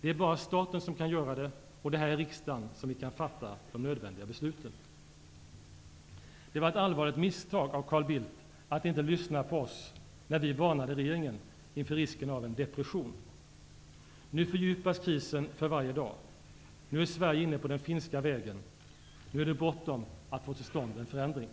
Det är bara staten som kan göra det, och det är här i riksdagen som vi kan fatta de nödvändiga besluten. Det var ett allvarligt misstag av Carl Bildt att inte lyssna på oss när vi varnade regeringen för risken av en depression. Nu fördjupas krisen för varje dag. Nu är Sverige inne på den finska vägen. Nu är det bråttom att få till stånd en förändring.